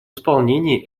исполнении